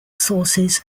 sources